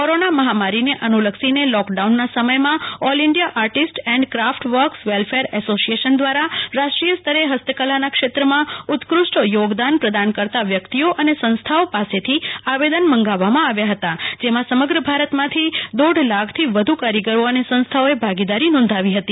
corona મહામારીને અનુ લક્ષીને લોકડાઉનના સમયમાં all India artist and craft works welfare association દ્વારા રાષ્ટ્રીય સ્તરે ફસ્ત કલાના ક્ષેત્રમાં ઉત્કૃષ્ટ યોગદાન પ્રદાન કરતા વ્યકિતઓ અને સંસ્થાઓ પાસેથી આવેદન મંગાવવામાં આવ્યા હતા જેમાં સમગ્ર ભારતમાંથી દોઢ લાખથી વધુ કારીગરી અને સંસ્થાઓએ ભાગીદારી નોંધાવી હતી